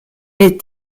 est